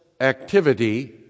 activity